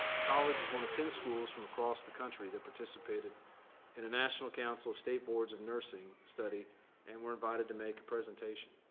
the college is one of ten schools from across the country that participated in a national council of state boards of and nursing study and were invited to make a presentation.